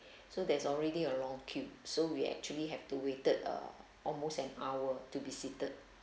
so there's already a long queue so we actually have to waited uh almost an hour to be seated